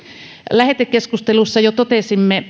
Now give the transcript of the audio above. lähetekeskustelussa jo totesimme